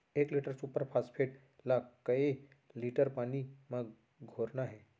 एक litre super phosphate ला कए लीटर पानी मा घोरना हे?